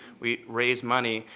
we raise money.